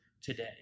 today